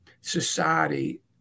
society